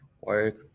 work